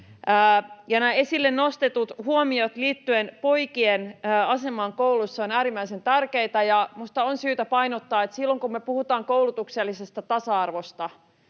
esille nostetut huomiot liittyen poikien asemaan koulussa ovat äärimmäisen tärkeitä, ja minusta on syytä painottaa, että silloin kun me puhutaan koulutuksellisesta tasa-arvosta,